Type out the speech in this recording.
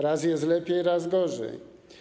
Raz jest lepiej, raz gorzej.